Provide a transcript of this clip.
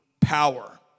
power